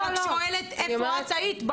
אני רק שואלת איפה את היית.